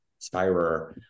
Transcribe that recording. Spirer